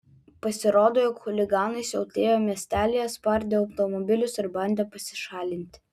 pasirodo jog chuliganai siautėjo miestelyje spardė automobilius ir bandė pasišalinti